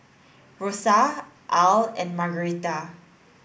Rosa Al and Margaretta